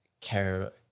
care